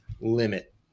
limit